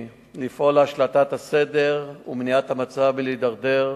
לפעול להשלטת הסדר ולמניעת ההידרדרות במצב,